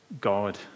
God